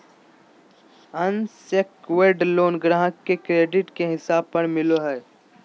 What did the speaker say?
unsecured loan ग्राहक के credit के हिसाब पर मिलो हय